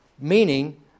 Meaning